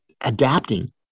adapting